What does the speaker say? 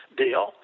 deal